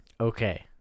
okay